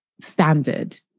standard